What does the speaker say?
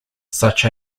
such